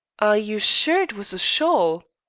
are you sure it was a shawl?